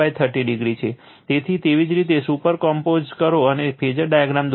તેથી એવી જ રીતે સુપરઇમ્પોઝ કરો અને ફેઝર ડાયાગ્રામ દોરો